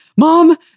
Mom